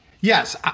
Yes